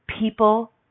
people